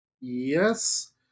Yes